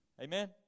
Amen